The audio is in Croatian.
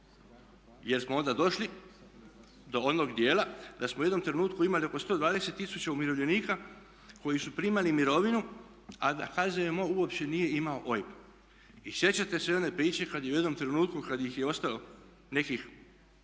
jer smo onda došli do onog djela da smo u jednom trenutku imali oko 120 tisuća umirovljenika koji su primali mirovinu a da HZMO uopće nije imao OIB. I sjećate se i one priče kad je u jednom trenutku kad ih je ostalo nekih